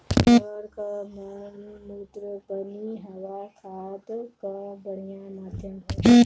जानवर कअ मलमूत्र पनियहवा खाद कअ बढ़िया माध्यम होला